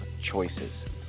choices